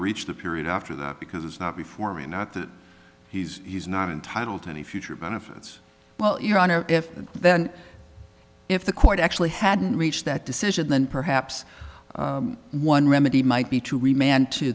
reach the period after that because it's not before me not that he's not entitled to any future benefits well your honor if then if the court actually hadn't reached that decision then perhaps one remedy might be to we man